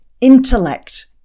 intellect